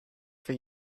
for